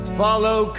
follow